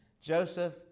Joseph